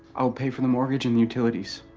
i'll pay for the mortgage and utilities.